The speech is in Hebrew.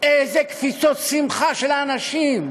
איזה קפיצות שמחה של האנשים,